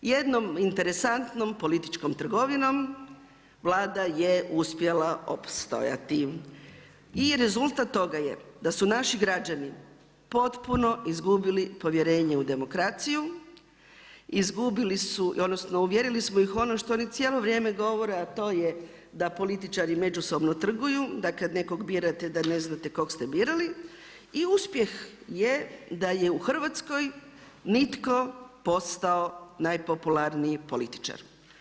Jednom interesantnom političkom trgovinom Vlada je uspjela opstojati i rezultat toga je, da su naši građani potpuno izgubili povjerenje u demokraciju, izgubili su, odnosno, uvjerili smo ih u ono što oni cijelo vrijeme govore, a to je da političari međusobno trguju, da kad nekog birate da ne znate koga ste birali i uspjeh je da je u Hrvatskoj nitko postao najpopularniji političar.